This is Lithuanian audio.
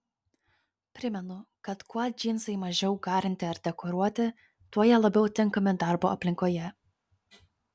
primenu kad kuo džinsai mažiau garinti ar dekoruoti tuo jie labiau tinkami darbo aplinkoje